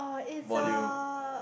module